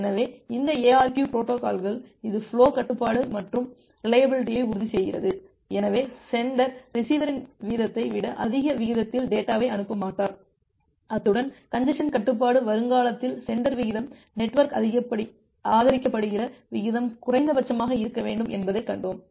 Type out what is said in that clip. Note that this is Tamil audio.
எனவே இந்த ARQ பொரோட்டோகால்கள் இது ஃபுலோ கட்டுப்பாடு மற்றும் ரிலையபில்டியை உறுதிசெய்கிறது எனவே சென்டர் ரிசீவரின் வீதத்தை விட அதிக விகிதத்தில் டேட்டாவை அனுப்ப மாட்டார் அத்துடன் கஞ்ஜசன் கட்டுப்பாட்டு வருங்காலத்தில் சென்டர் விகிதம் நெட்வொர்க் ஆதரிக்கப்படுகிற விகிதம் குறைந்தபட்சமாக இருக்க வேண்டும் என்பதைக் கண்டோம்